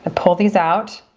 pull these out